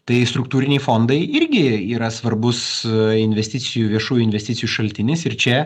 tai struktūriniai fondai irgi yra svarbus investicijų viešųjų investicijų šaltinis ir čia